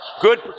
Good